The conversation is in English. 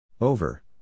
Over